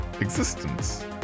existence